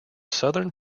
southern